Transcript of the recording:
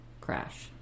crash